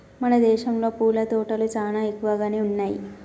మన దేసంలో పూల తోటలు చానా ఎక్కువగానే ఉన్నయ్యి